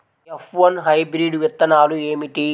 F one hybrid విత్తనాలు ఏమిటి?